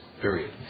period